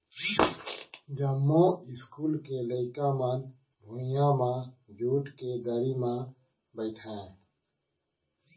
जमो इस्कूल के लइका मन भुइयां म जूट के दरी म बइठय